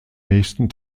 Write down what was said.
nächsten